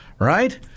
Right